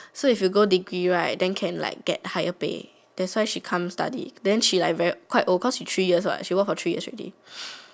so if you go degree right then can get higher pay that's why she come study then she quite old what cause she work for three years already